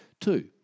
Two